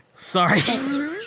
sorry